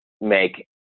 make